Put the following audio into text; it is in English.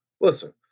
Listen